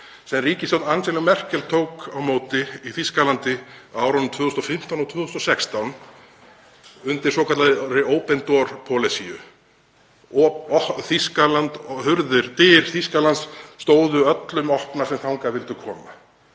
sem ríkisstjórn Angelu Merkel tók á móti í Þýskalandi á árunum 2015 og 2016 undir svokallaðri „open door“-stefnu. Dyr Þýskalands stóðu öllum opnar sem þangað vildu koma.